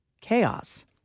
chaos